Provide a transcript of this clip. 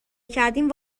کردیم